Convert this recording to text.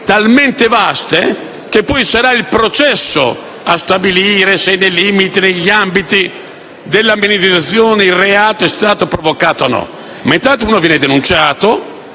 talmente vaste che poi sarà il processo a stabilire se nei limiti e negli ambiti della minimizzazione il reato è stato provocato o no, ma intanto la persona viene denunciata